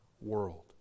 world